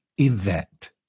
event